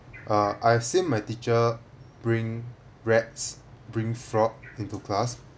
uh I've seen my teacher bring rats bring frog into class